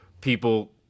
people